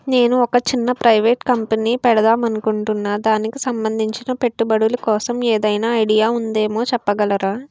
నేను ఒక చిన్న ప్రైవేట్ కంపెనీ పెడదాం అనుకుంటున్నా దానికి సంబందించిన పెట్టుబడులు కోసం ఏదైనా ఐడియా ఉందేమో చెప్పగలరా?